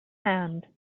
hand